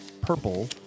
purple